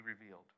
revealed